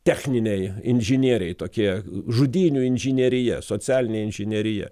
techniniai inžinieriai tokie žudynių inžinerija socialinė inžinerija